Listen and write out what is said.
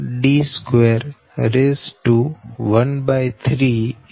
d213 0